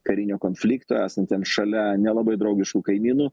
karinio konflikto esantiems šalia nelabai draugiškų kaimynų